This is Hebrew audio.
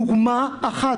דוגמה אחת,